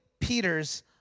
peter's